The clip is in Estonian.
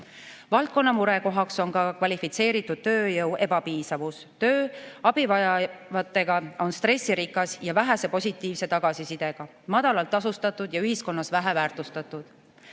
Valdkonna murekohaks on ka kvalifitseeritud tööjõu ebapiisavus. Töö abivajajatega on stressirikas ja vähese positiivse tagasisidega, madalalt tasustatud ja ühiskonnas vähe väärtustatud.